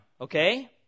okay